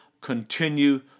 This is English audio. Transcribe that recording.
continue